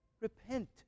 Repent